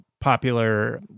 popular